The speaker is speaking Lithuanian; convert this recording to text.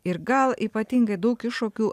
ir gal ypatingai daug iššokių